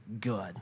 good